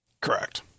Correct